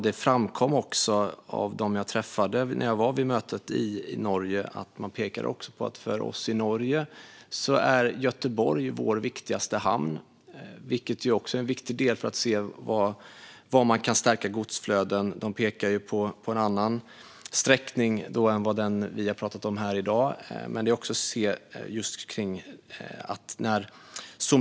De som jag träffade när jag var på mötet i Norge pekade på att Göteborg är deras viktigaste hamn, vilket också är viktigt för att se var man kan stärka godsflöden. De pekar alltså på en annan sträckning än den som vi har pratat om här i dag.